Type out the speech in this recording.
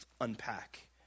unpack